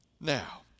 Now